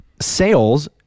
Sales